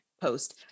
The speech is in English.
post